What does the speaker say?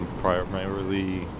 primarily